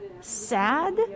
sad